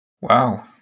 Wow